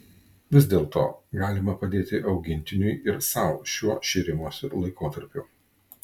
vis dėlto galima padėti augintiniui ir sau šiuo šėrimosi laikotarpiu